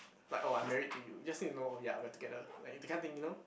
like oh I'm married to you just need to know ya we're together like that kind of thing you know